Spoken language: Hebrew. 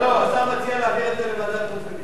לא, השר מציע להעביר לוועדת חוץ וביטחון.